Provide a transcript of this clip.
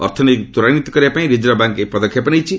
ଅର୍ଥନୀତିକୁ ତ୍ୱରାନ୍ନିତ କରିବା ପାଇଁ ରିଜର୍ଭ ବ୍ୟାଙ୍କ ଏହି ପଦକ୍ଷେପ ନେଇଛି